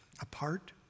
apart